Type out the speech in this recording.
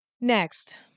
Next